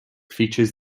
features